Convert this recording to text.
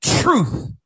truth